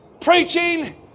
Preaching